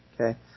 Okay